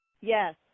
yes